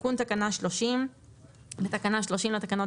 "תיקון תקנה 30 3. בתקנה 30 לתקנות